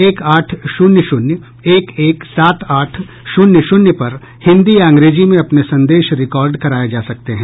एक आठ शून्य शून्य एक एक सात आठ शून्य शून्य पर हिंदी या अंग्रेजी में अपने संदेश रिकार्ड कराए जा सकते हैं